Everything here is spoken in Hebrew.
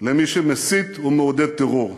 למי שמסית ומעודד טרור.